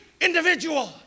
individual